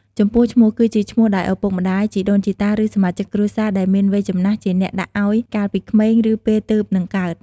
ចំពោះឈ្មោះ គឺជាឈ្មោះដែលឪពុកម្តាយ ជីដូនជីតា ឬ សមាជិកគ្រួសារដែលមានវ័យចំណាស់ជាអ្នកដាក់ឲ្យកាលពីក្មេង ឬពេលទើបនិងកើត។